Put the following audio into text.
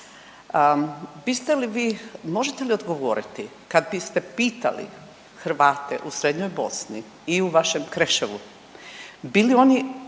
možete li odgovoriti kad biste pitali Hrvate u srednjoj Bosni vi u vašem Kreševu bi li oni